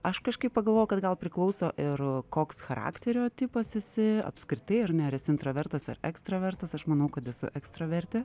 aš kažkaip pagalvojau kad gal priklauso ir koks charakterio tipas esi apskritai ar ne ar esi intravertas ar ekstravertas aš manau kad esu ekstravertė